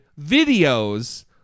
videos